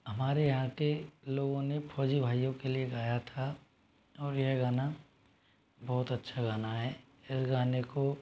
हमारे यहाँ के लोगों ने फौजी भाइयों के लिए गया था और यह गाना बहुत अच्छा गाना है इस गाने को